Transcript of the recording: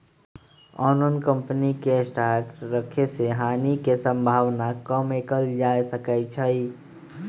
आन आन कम्पनी के स्टॉक रखे से हानि के सम्भावना कम कएल जा सकै छइ